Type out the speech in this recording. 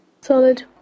Solid